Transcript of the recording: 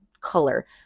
color